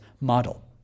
model